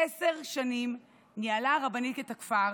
עשר שנים ניהלה הרבנית את הכפר